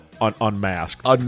Unmasked